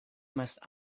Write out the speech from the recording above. must